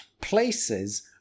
places